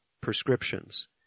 prescriptions